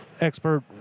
expert